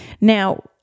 Now